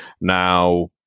Now